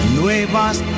nuevas